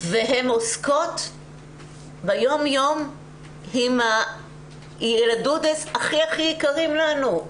והן עוסקות ביום יום עם הילדודס הכי הכי יקרים לנו.